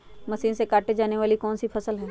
Machine से काटे जाने वाली कौन सी फसल है?